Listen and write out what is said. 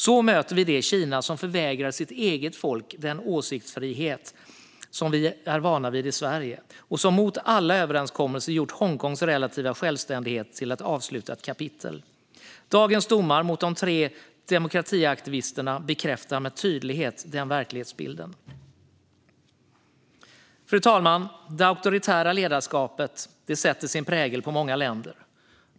Så möter vi det Kina som förvägrar sitt eget folk den åsiktsfrihet som vi är vana vid i Sverige och som mot alla överenskommelser gjort Hongkongs relativa självständighet till ett avslutat kapitel. Dagens domar mot de tre demokratiaktivisterna bekräftar med tydlighet den verklighetsbilden. Fru talman! Det auktoritära ledarskapet sätter sin prägel på många länder.